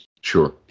Sure